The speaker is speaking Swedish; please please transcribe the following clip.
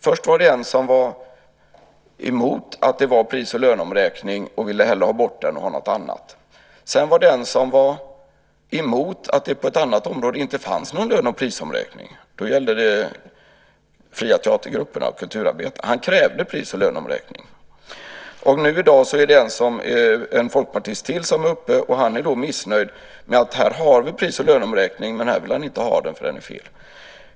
Först var det en folkpartist som var emot denna pris och löneomräkning och ville hellre ha bort den och ersätta den med något annat. Sedan var det en som var emot att det på ett annat område inte fanns någon pris och löneomräkning. Det gällde de fria teatergrupperna och kulturarbetarna, och han krävde en pris och löneomräkning. I dag är det en folkpartist som är missnöjd med pris och löneomräkningen. Han vill inte ha den, därför att den är fel.